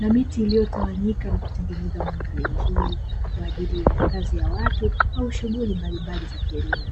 na miti iliyotawanyika na kutengeneza mandhari nzuri, kwa ajili ya makazi ya watu au shughuli mbali za kilimo.